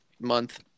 month